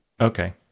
Okay